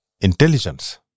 intelligence